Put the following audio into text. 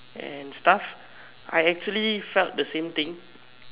and stuff I actually felt the same thing